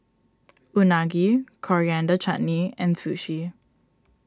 Unagi Coriander Chutney and Sushi